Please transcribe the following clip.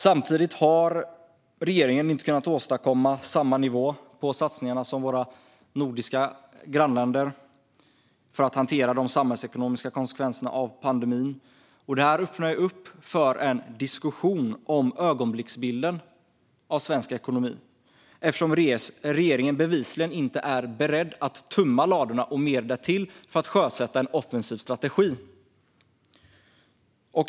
Samtidigt har regeringen inte kunnat åstadkomma samma nivå som våra nordiska grannländer på satsningarna för att hantera de samhällsekonomiska konsekvenserna av pandemin. Det öppnar för en diskussion om ögonblicksbilden av svensk ekonomi, eftersom regeringen bevisligen inte är beredd att tömma ladorna och mer därtill för att sjösätta en offensiv strategi.